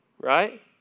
Right